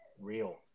real